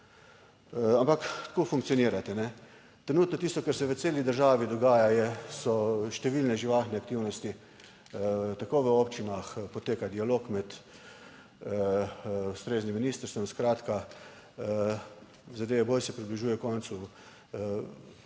Ampak tako funkcionirate. Trenutno tisto, kar se v celi državi dogaja je, so številne živahne aktivnosti. Tako v občinah poteka dialog med ustreznim ministrstvom, skratka. Zadeve bolj se približuje koncu,